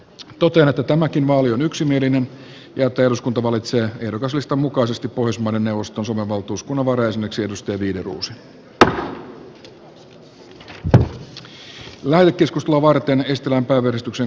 totean että vaali on yksimielinen ja että eduskunta valitsee ehdokaslistan mukaisesti pohjoismaiden neuvoston suomen valtuuskunnan varajäseneksi ulla maj wideroosin